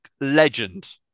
legend